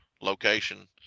location